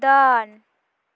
ᱫᱚᱱ